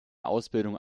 ausbildung